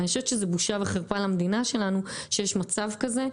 אני חושבת שזה חרפה למדינה שלנו שיש מצב כזה,